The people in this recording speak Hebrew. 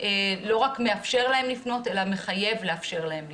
לא רק מאפשר להם לפנות אלא מחייב לאפשר להם לפנות.